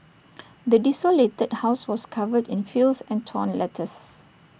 the desolated house was covered in filth and torn letters